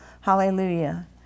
Hallelujah